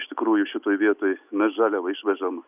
ištikrųjų šitoj vietoj mes žaliavą išvežam